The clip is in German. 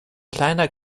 kleiner